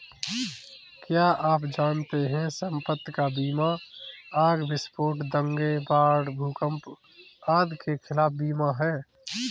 क्या आप जानते है संपत्ति का बीमा आग, विस्फोट, दंगे, बाढ़, भूकंप आदि के खिलाफ बीमा है?